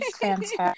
fantastic